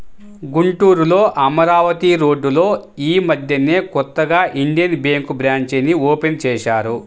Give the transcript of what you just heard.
గుంటూరులో అమరావతి రోడ్డులో యీ మద్దెనే కొత్తగా ఇండియన్ బ్యేంకు బ్రాంచీని ఓపెన్ చేశారు